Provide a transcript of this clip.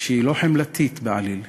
שהיא לא חמלתית בעליל.